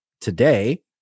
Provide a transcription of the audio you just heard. today